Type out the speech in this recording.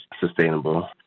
sustainable